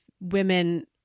women